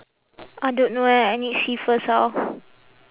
I don't know eh I need see first how